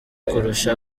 kurusha